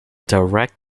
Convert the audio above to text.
direct